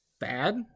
bad